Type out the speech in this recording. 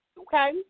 okay